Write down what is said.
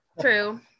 True